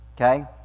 Okay